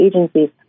agencies